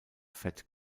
fett